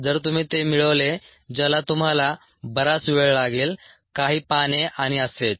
जर तुम्ही ते मिळवले ज्याला तुम्हाला बराच वेळ लागेल काही पाने आणि असेच